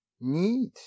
need